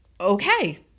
okay